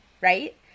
right